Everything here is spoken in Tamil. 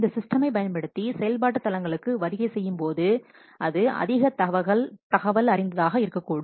இந்த சிஸ்டமை பயன்படுத்தி செயல்பாட்டு தளங்களுக்கு வருகை செய்யும்போது அது அதிக தகவல் அறிந்ததாக இருக்கக்கூடும்